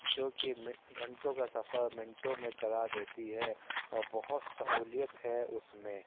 جوکہ می گھنٹوں کا سفر منٹوں میں کرا دیتی ہے اور بہت سہولیت ہے اس میں